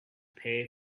pay